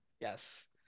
Yes